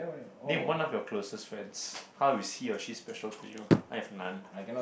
name one of your closest friends how is he or she special to you I have none